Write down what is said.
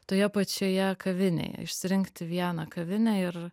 toje pačioje kavinėje išsirinkti vieną kavinę ir